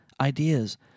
ideas